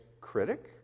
critic